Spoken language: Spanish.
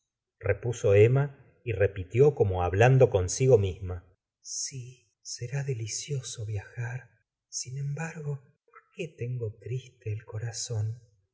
tendremos repuso emma y repitió como hablando consigo misma sl será delicioso viajar sin embargo por qué tengo triste el corazón